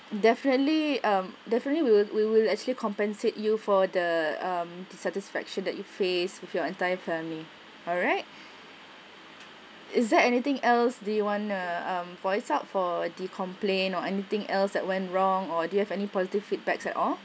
definitely um definitely we will we will actually compensate you for the um dissatisfaction that you face with your entire family alright is there anything else do you want to voice out for the complain or anything else that went wrong or do you have any positive feedbacks at all